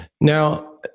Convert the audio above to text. Now